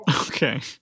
Okay